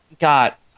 got